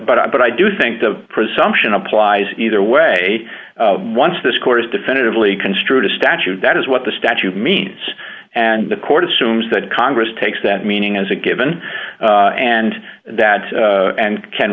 but i but i do think the presumption applies either way once this court is definitively construed a statute that is what the statute means and the court assumes that congress takes that meaning as a given and that and can